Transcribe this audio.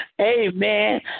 Amen